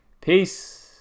Peace